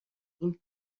این